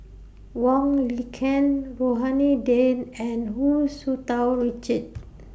Wong Lin Ken Rohani Din and Hu Tsu Tau Richard